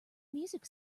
music